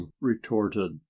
retorted